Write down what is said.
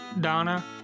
Donna